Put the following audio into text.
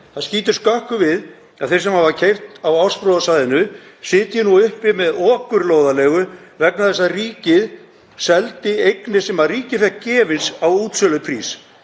Það skýtur skökku við að þeir sem hafa keypt á Ásbrúarsvæðinu sitji uppi með okurlóðarleigu vegna þess að ríkið seldi eignir sem það fékk næstum gefins á útsöluprís.